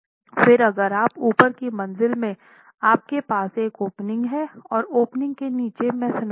फिर अगर आप ऊपर की मंज़िल में आपके पास एक ओपनिंग है और ओपनिंग के नीचे मेसनरी है